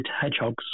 hedgehogs